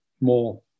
more